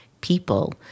people